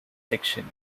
sections